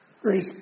Grace